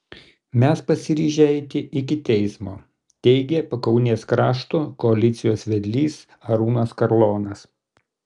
mes pasiryžę eiti iki teismo teigė pakaunės krašto koalicijos vedlys arūnas karlonas